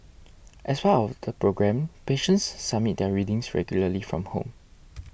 as part of the programme patients submit their readings regularly from home